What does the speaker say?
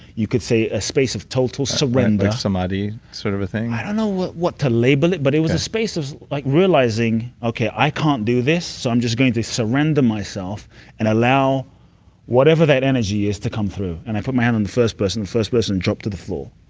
you could say a space of total surrender sort of a thing? i don't know what what to label it, but it was a space of like realizing, okay. i can't do this, so i'm just going to surrender myself and allow whatever that energy is to come through, and i put my hand on the first person. the first person dropped to the floor.